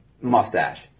mustache